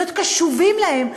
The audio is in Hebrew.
להיות קשובים להם,